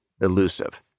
elusive